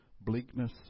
bleakness